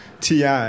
Ti